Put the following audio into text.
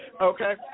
Okay